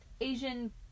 Asian